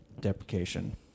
deprecation